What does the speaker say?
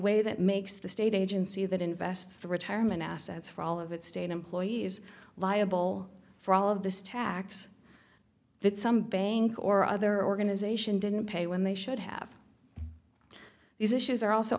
way that makes the state agency that invests the retirement assets for all of its state employees liable for all of this tax that some bank or other organization didn't pay when they should have these issues are also